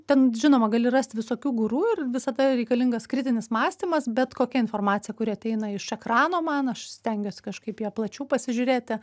ten žinoma gali rast visokių guru ir visada reikalingas kritinis mąstymas bet kokia informacija kuri ateina iš ekrano man aš stengiuosi kažkaip ją plačiau pasižiūrėti